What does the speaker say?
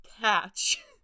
catch